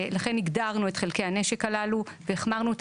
לכן הגדרנו את חלקי הנשק הללו והחמרנו את